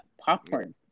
popcorn